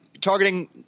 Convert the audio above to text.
targeting